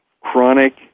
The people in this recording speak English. chronic